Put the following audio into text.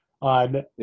on